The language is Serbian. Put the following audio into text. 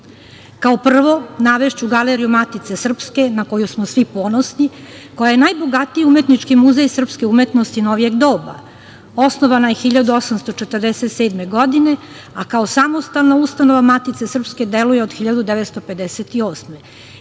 prvo, navešću Galeriju Matice srpske, na koju smo svi ponosni, koja je najbogatiji umetnički muzej srpske umetnosti novijeg doba. Osnovana je 1847. godine, a kao samostalna ustanova Matice srpske deluje od 1958. godine.